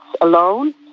alone